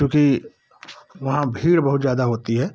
चूँकि वहाँ भीड़ बहुत ज्यादा होती है